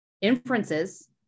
inferences